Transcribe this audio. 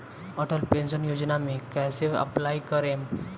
Atal pension Yojana मे कैसे apply करेम?